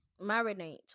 Marinate